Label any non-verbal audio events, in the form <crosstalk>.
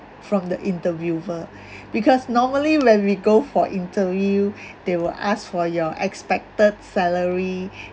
from the interviewer <breath> because normally when we go for interview <breath> they will ask for your expected salary